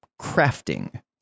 Crafting